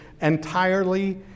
entirely